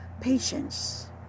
patience